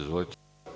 Izvolite.